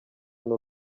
n’u